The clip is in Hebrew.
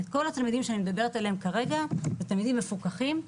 כל התלמידים שאני מדברת עליהם כרגע הם תלמידים מפוקחים,